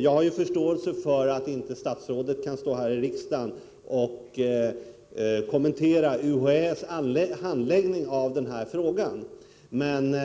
Jag har förståelse för att statsrådet inte kan stå här i riksdagen och kommentera UHÄ:s handläggning, men